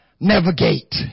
navigate